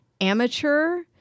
amateur